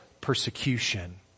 persecution